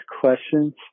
questions